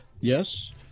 Yes